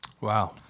Wow